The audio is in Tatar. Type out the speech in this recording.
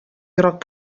ерак